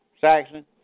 Saxon